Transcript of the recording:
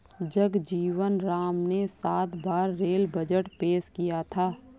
जगजीवन राम ने सात बार रेल बजट पेश किया था